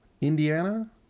Indiana